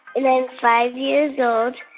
and i'm five years old